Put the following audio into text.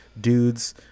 dudes